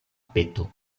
peto